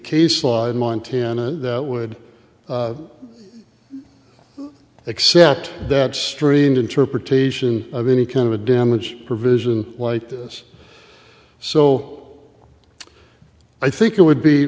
case law in montana that would accept that strange interpretation of any kind of a damage provision like this so i think it would be